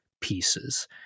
pieces